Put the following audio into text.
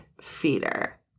feeder